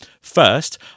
First